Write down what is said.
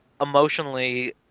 emotionally